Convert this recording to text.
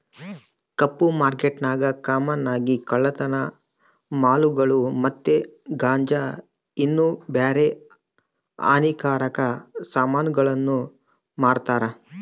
ಕಪ್ಪು ಮಾರ್ಕೆಟ್ನಾಗ ಕಾಮನ್ ಆಗಿ ಕಳ್ಳತನ ಮಾಲುಗುಳು ಮತ್ತೆ ಗಾಂಜಾ ಇನ್ನ ಬ್ಯಾರೆ ಹಾನಿಕಾರಕ ಸಾಮಾನುಗುಳ್ನ ಮಾರ್ತಾರ